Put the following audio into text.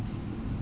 why seh